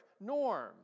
norm